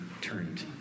turned